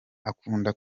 akunda